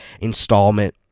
installment